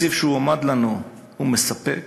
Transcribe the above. התקציב שהועמד לנו הוא מספק,